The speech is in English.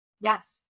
Yes